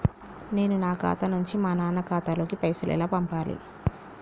నేను నా ఖాతా నుంచి మా నాన్న ఖాతా లోకి పైసలు ఎలా పంపాలి?